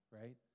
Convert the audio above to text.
right